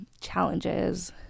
challenges